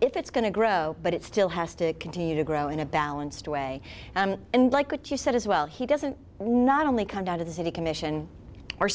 if it's going to grow but it still has to continue to grow in a balanced way and like what you said as well he doesn't not only come down to the city commission or